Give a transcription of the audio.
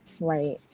Right